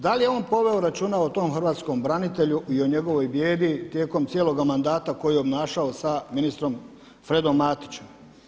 Da li je on poveo računa o tom hrvatskom branitelju i o njegovoj bijedi tijekom cijeloga mandata koji je obnašao sa ministrom Fredom Matićem.